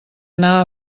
anar